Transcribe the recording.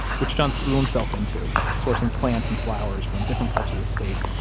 which john threw himself into, sourcing plants and flowers from different parts of the state.